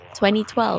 2012